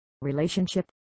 relationship